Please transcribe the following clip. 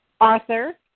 Arthur